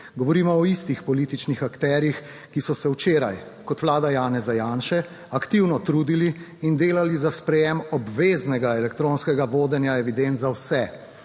Govorimo o istih političnih akterjih. Ki so se včeraj, kot vlada Janeza Janše aktivno trudili in delali za sprejem obveznega elektronskega vodenja evidenc za vse,